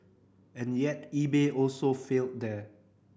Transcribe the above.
and yet eBay also failed there